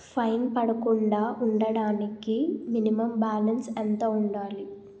Fine పడకుండా ఉండటానికి minimum balance ఎంత ఉండాలి?